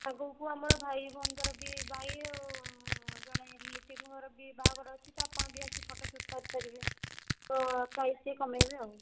ଆଗକୁ ଆମର ଭାଇ ଭଉଣୀଙ୍କର ବି ଭାଇ ଆଉ ଜଣେ ଦିଦିଙ୍କର ବି ବାହାଘର ଅଛି ତ ଆପଣ ବି ଆସି ଫଟୋସୁଟ୍ କରି ପାରିବେ ତ ପ୍ରାଇସ୍ ଟିକିଏ କମେଇବେ ଆଉ